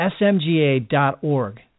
smga.org